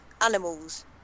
animals